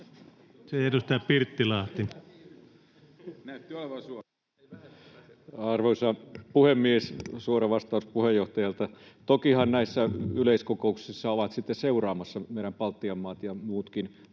— Edustaja Pirttilahti. Arvoisa puhemies! Suora vastaus puheenjohtajalta. Tokihan näissä yleiskokouksissa ovat Baltian maat ja muutkin